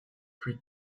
plus